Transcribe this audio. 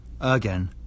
again